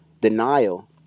Denial